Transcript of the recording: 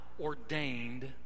ordained